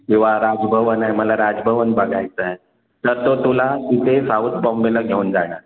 किंवा राजभवन आहे मला राजभवन बघायचं आहे तर तो तुला तिथे साऊथ बॉम्बेला घेऊन जाणार